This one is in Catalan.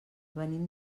venim